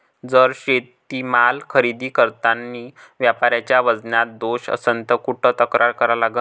जर शेतीमाल खरेदी करतांनी व्यापाऱ्याच्या वजनात दोष असन त कुठ तक्रार करा लागन?